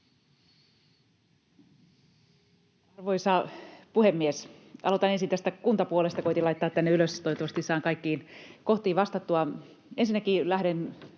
Arvoisa puhemies! Aloitan ensin tästä kuntapuolesta — koetin laittaa asioita ylös, toivottavasti saan kaikkiin kohtiin vastattua.